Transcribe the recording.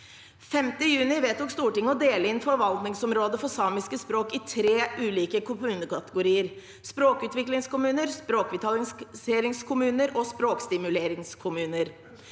5. juni vedtok Stortinget å dele inn forvaltningsområdet for samiske språk i tre ulike kommunekategorier: språkutviklingskommuner, språkvitaliseringskommuner og språkstimuleringskommuner.